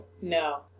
No